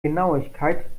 genauigkeit